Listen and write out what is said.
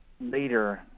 later